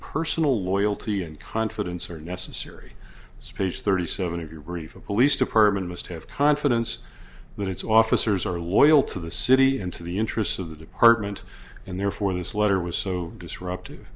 personal loyalty and confidence are necessary speech thirty seven of your brief a police department must have confidence that its officers are loyal to the city and to the interests of the department and therefore this letter was so disruptive